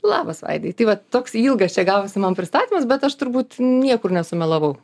labas aidai tai va toks ilgas čia gavosi man pristatymas bet aš turbūt niekur nesumelavau